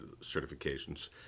certifications